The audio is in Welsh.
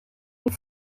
wyt